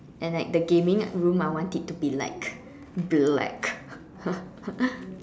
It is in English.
and like the gaming room I want it to be like black